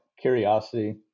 curiosity